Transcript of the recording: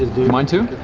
mine too?